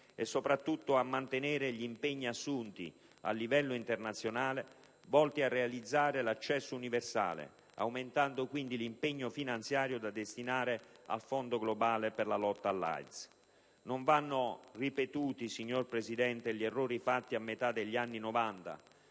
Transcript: e, soprattutto, a mantenere gli impegni assunti a livello internazionale, volti a realizzare l'accesso universale, aumentando l'impegno finanziario da destinare al fondo globale per la lotta all'AIDS. Non vanno ripetuti gli errori fatti a metà degli anni